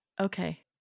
okay